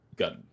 got